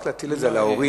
להטיל את זה רק על ההורים